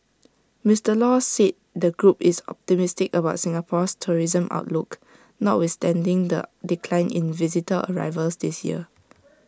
Mister law said the group is optimistic about Singapore's tourism outlook notwithstanding the decline in visitor arrivals this year